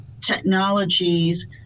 technologies